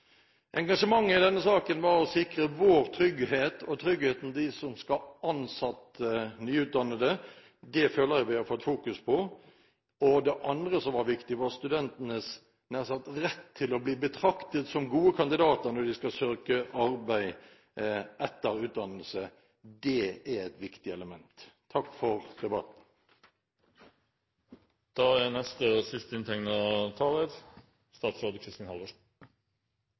Engasjementet i denne saken var å sikre vår trygghet og tryggheten til de som skal ansette nyutdannede. Det føler jeg vi har fått fokus på. Det andre som var viktig, var studentenes – jeg hadde nær sagt – rett til å bli betraktet som gode kandidater når de skal søke arbeid etter utdannelse. Det er et viktig element. Takk for